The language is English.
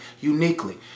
uniquely